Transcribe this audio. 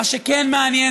מה שכן מעניין,